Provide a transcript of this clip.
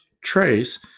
trace